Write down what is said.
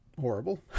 horrible